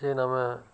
କି ନମେ